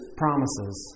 promises